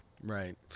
Right